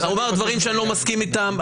הוא אמר דברים שאני לא מסכים איתם.